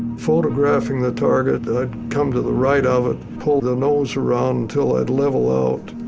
photographing the target. i'd come to the right of it, pull the nose around until i'd level out.